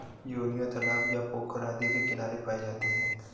योनियों तालाब या पोखर आदि के किनारे पाए जाते हैं